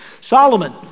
Solomon